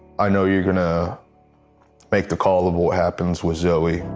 i know you're going to make the call of what happens with zoe.